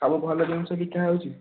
ସବୁ ଭଲ ଜିନିଷ ବିକା ହେଉଛି